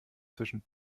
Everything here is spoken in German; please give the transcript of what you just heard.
zwischen